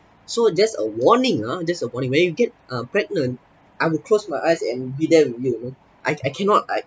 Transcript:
so just a warning ah just a warning when you get uh pregnant I will close my eyes and be there with you you know I I cannot I